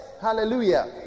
hallelujah